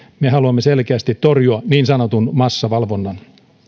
me haluamme selkeästi torjua niin sanotun massavalvonnan